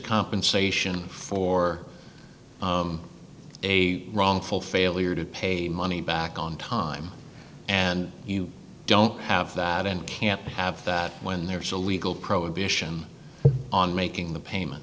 compensation for a wrongful failure to pay money back on time and you don't have that and can't have that when there's a legal prohibition on making the payment